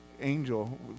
angel